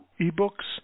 e-books